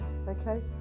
Okay